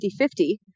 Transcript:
50-50